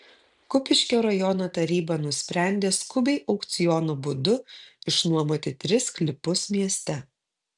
kupiškio rajono taryba nusprendė skubiai aukciono būdu išnuomoti tris sklypus mieste